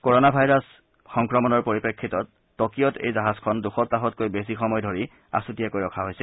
corona virus সংক্ৰমণৰ পৰিপ্ৰেক্ষিতত টকিঅত এই জাহাজখন দুসপ্তাহতকৈ বেছি সময় ধৰি আছুতীয়াকৈ ৰখা হৈছিল